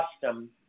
custom